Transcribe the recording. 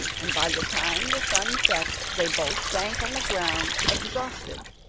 and by the time the sun set they both sank on the ground exhausted,